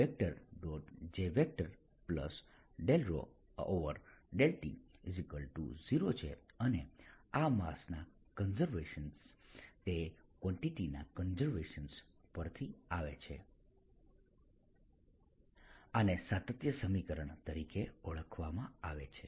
J∂ρ∂t0 છે અને આ માસ ના કન્ઝર્વેશન તે કવાંટીટી ના કન્ઝર્વેશન પરથી આવે છે આને સાતત્ય સમીકરણ તરીકે ઓળખવામાં આવે છે